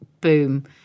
boom